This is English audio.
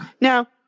Now